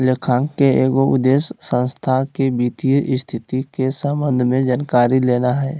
लेखांकन के एगो उद्देश्य संस्था के वित्तीय स्थिति के संबंध में जानकारी लेना हइ